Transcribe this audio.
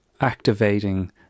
activating